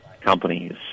companies